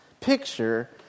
picture